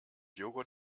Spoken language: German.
jogurt